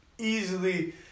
Easily